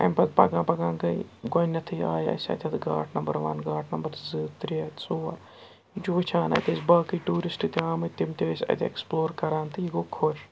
اَمہِ پَتہٕ پَکان پَکان گٔے گۄڈٕنٮ۪تھٕے آے اَسہِ اَتٮ۪تھ گاٹھ نمبر وَن گاٹھ نمبر زٕ ترٛےٚ ژور یہِ چھِ وٕچھان اَتہِ ٲسۍ باقٕے ٹیوٗرِسٹ تہِ آمٕتۍ تِم تہِ ٲسۍ اَتہِ اٮ۪کٕسپلور کَران تہٕ یہِ گوٚو خۄش